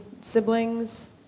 siblings